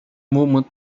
movement